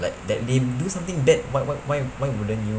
like that they do something bad what what why why wouldn't you